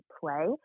play